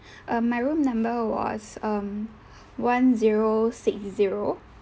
err my room number was um one zero six zero